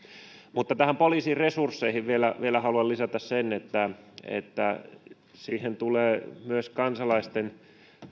mutta poliisin resursseista vielä haluan lisätä sen että että siihen tulee myös kansalaisten